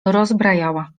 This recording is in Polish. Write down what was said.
rozbrajała